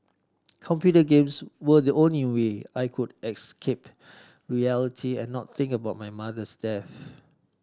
computer games were the only way I could escape reality and not think about my mother's death